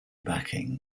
backing